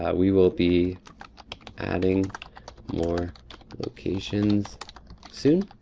ah we will be adding more locations soon.